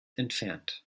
entfernt